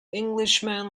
englishman